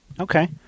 Okay